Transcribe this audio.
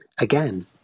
again